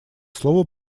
слово